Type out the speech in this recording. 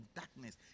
darkness